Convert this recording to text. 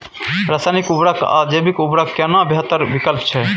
रसायनिक उर्वरक आ जैविक उर्वरक केना बेहतर विकल्प छै?